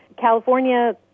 California